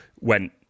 Went